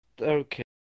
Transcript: Okay